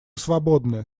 свободны